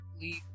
Leave